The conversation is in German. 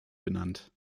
benannt